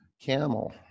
camel